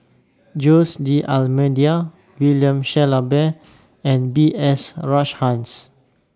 Jose D'almeida William Shellabear and B S Rajhans